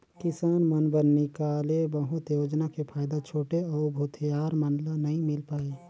किसान मन बर निकाले बहुत योजना के फायदा छोटे अउ भूथियार मन ल नइ मिल पाये